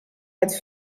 het